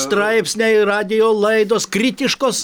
straipsniai radijo laidos kritiškos